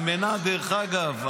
דרך אגב,